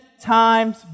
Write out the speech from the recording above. times